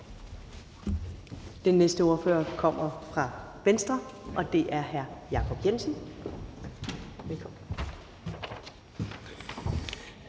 Den næste ordfører kommer fra Venstre, og det er hr. Jacob Jensen. Velkommen.